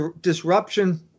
disruption –